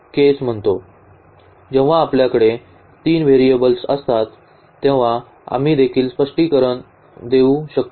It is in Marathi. जेव्हा आपल्याकडे तीन व्हेरिएबल्स असतात तेव्हा आम्ही देखील स्पष्टीकरण देऊ शकतो